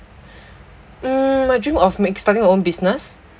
mm my dream of make starting my own business